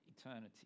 eternity